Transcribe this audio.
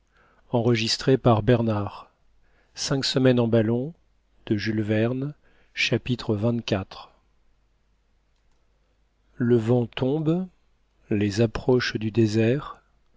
chapitre xxiv le vent tombe les approches du désert